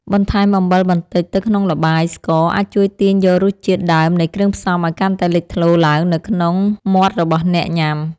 បន្ថែមអំបិលបន្តិចទៅក្នុងល្បាយស្ករអាចជួយទាញយករសជាតិដើមនៃគ្រឿងផ្សំឱ្យកាន់តែលេចធ្លោឡើងនៅក្នុងមាត់របស់អ្នកញ៉ាំ។